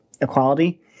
Equality